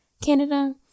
canada